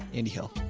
andy hill,